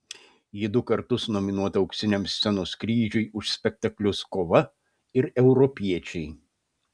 ji du kartus nominuota auksiniam scenos kryžiui už spektaklius kova ir europiečiai